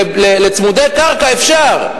לצמודי קרקע אפשר,